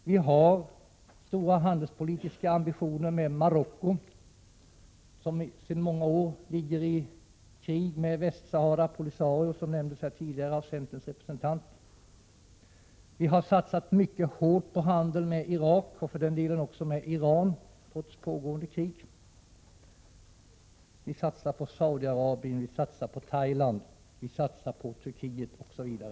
Vi har också stora handelspolitiska ambitioner med Marocko, som sedan många år tillbaka är i krig med Västsahara och Polisario. Det nämndes tidigare här av centerns representant. Vi har satsat mycket hårt på handel med Irak och för den delen också med Iran trots pågående krig. Vi satsar vidare på handel med Saudi-Arabien, Thailand, Turkiet m.fl. länder.